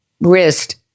wrist